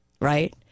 Right